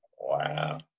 Wow